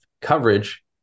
Coverage